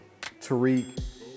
Tariq